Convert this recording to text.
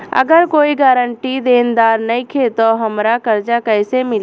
अगर कोई गारंटी देनदार नईखे त हमरा कर्जा कैसे मिली?